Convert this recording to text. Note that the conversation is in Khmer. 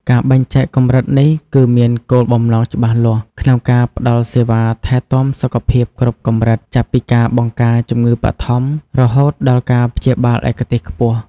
ការបែងចែកកម្រិតនេះគឺមានគោលបំណងច្បាស់លាស់ ក្នុងការផ្តល់សេវាថែទាំសុខភាពគ្រប់កម្រិត ចាប់ពីការបង្ការជំងឺបឋម រហូតដល់ការព្យាបាលឯកទេសខ្ពស់។